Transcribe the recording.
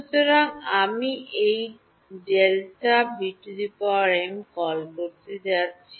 সুতরাং আমি এই কল করতে যাচ্ছি